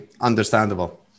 understandable